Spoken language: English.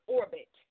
orbit